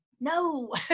no